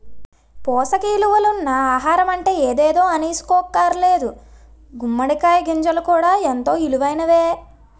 పోసక ఇలువలున్న ఆహారమంటే ఎదేదో అనీసుకోక్కర్లేదు గుమ్మడి కాయ గింజలు కూడా ఎంతో ఇలువైనయే